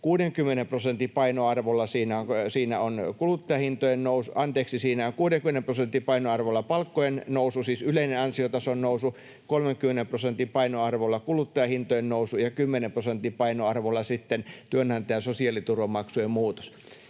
60 prosentin painoarvolla palkkojen nousu, siis yleinen ansiotason nousu, 30 prosentin painoarvolla kuluttajahintojen nousu ja 10 prosentin painoarvolla työnantajan sosiaaliturvamaksujen muutos.